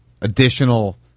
additional